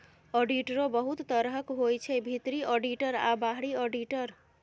आडिटरो बहुत तरहक होइ छै भीतरी आडिटर आ बाहरी आडिटर